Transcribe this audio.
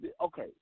Okay